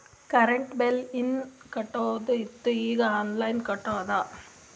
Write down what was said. current bill ಹೀನಾ ಕಟ್ಟದು ಇತ್ತು ಈಗ ಆನ್ಲೈನ್ಲೆ ಕಟ್ಟುದ